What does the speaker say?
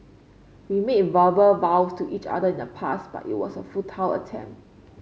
we made verbal vow to each other in the past but it was a futile attempt